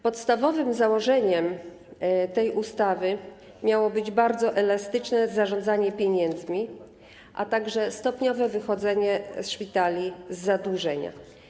Podstawowym założeniem tej ustawy miało być bardzo elastyczne zarządzanie pieniędzmi, a także stopniowe wychodzenie szpitali z zadłużenia.